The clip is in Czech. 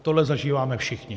Tohle zažíváme všichni.